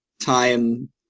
time